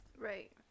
right